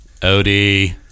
Odie